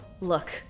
Look